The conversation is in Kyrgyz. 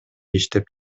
иштеп